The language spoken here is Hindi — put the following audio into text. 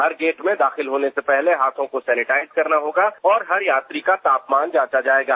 हर गेट में दाखिल होने से पहले हाथों को सैनिटाइज करना होगा और हर यात्री का तापमान जांच जायेगा